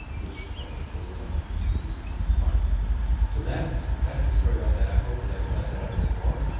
which i think will relate to acquiring companies. so that's, that's the story about that. i hope that i've fleshed that out a bit more.